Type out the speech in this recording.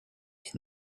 est